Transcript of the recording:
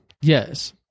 Yes